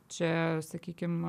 čia sakykim